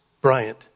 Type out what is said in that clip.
bryant